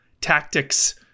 tactics